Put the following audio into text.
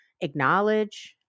acknowledge –